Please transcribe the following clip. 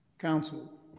Council